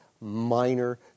minor